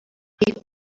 people